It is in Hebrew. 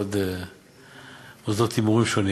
ולעוד מוסדות הימורים,